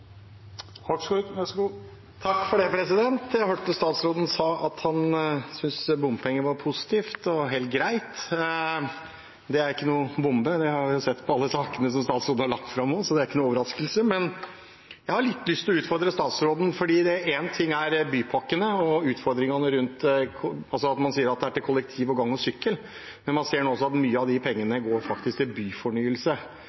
positivt og helt greit. Det er ingen bombe. Jeg har sett på alle sakene statsråden har lagt fram, så det er ingen overraskelse. Men jeg har litt lyst til å utfordre statsråden, for en ting er bypakkene og utfordringene med at man sier det er til kollektiv, gange og sykkel, men man ser nå også at mye av de